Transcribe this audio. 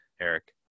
Eric